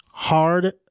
hard